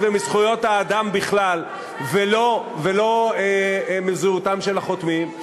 ומזכויות האדם בכלל ולא מזהותם של החותמים,